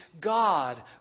God